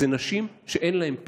אלה נשים שאין להן פה.